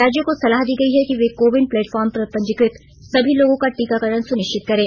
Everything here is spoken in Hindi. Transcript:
राज्यों को सलाह दी गई है कि वे को विन प्लेटफार्म पर पंजीकृत सभी लोगों का टीकाकरण सुनिश्चित करें